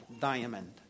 diamond